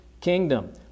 kingdom